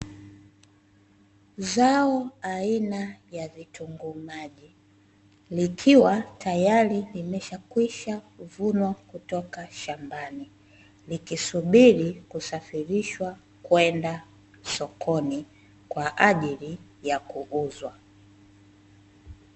Zao aina ya vitunguu maji likiwa tayari limeshakwisha kuvunwa kutoka shambani, likisubiri kusafirishwa kwenda sokoni kwa ajili ya kuuzwa.